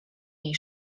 jej